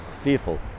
Fearful